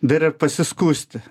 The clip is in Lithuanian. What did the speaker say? dar ir pasiskųsti